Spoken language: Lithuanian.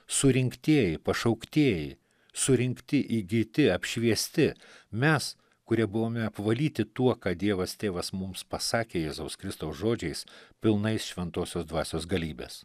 surinktieji pašauktieji surinkti įgyti apšviesti mes kurie buvome apvalyti tuo ką dievas tėvas mums pasakė jėzaus kristaus žodžiais pilnais šventosios dvasios galybės